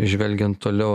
žvelgiant toliau